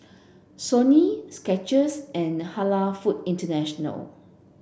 Sony Skechers and Halal Food International